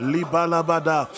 Libalabada